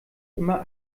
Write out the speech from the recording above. immer